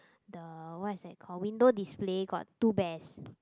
the what is that called window display got two bears